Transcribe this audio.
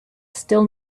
still